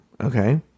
okay